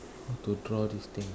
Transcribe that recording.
how to draw this thing